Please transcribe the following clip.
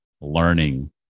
learning